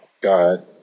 God